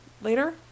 later